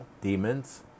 Demons